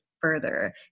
further